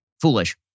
foolish